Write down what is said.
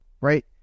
right